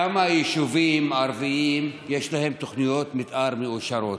לכמה יישובים ערביים יש תוכניות מתאר מאושרות?